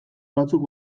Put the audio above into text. batzuk